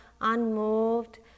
unmoved